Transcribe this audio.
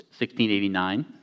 1689